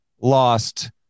lost